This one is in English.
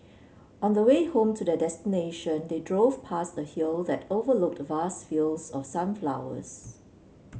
on the way home to their destination they drove past a hill that overlooked vast fields of sunflowers